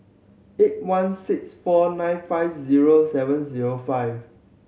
eight one six four nine five zero seven zero five